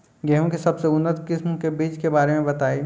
गेहूँ के सबसे उन्नत किस्म के बिज के बारे में बताई?